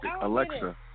Alexa